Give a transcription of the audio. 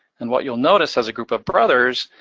and what you'll notice as a group of brothers,